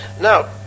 Now